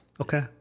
okay